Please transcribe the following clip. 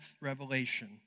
revelation